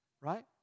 right